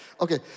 Okay